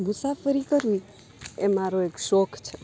મુસાફરી કરવી એ મારો એક શોખ છે